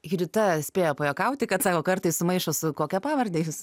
judita spėjo pajuokauti kad sako kartais sumaišo su kokia pavarde jus